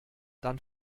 dann